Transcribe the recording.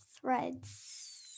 threads